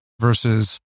versus